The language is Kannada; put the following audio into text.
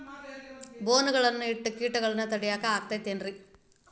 ಬೋನ್ ಗಳನ್ನ ಇಟ್ಟ ಕೇಟಗಳನ್ನು ತಡಿಯಾಕ್ ಆಕ್ಕೇತೇನ್ರಿ?